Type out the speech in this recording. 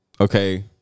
okay